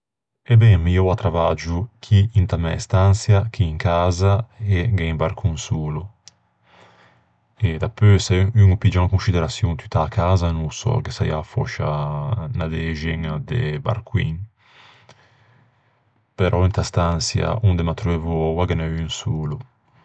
E ben, mi oua travaggio chì inta mæ stançia, chì in casa, e gh'é un barcon solo. E dapeu se un o piggia in conscideraçion tutta a casa, no ô sò, ghe saià fòscia unna dexeña de barcoin. Però inta stançia onde m'attreuvo oua ghe n'é un solo.